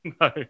No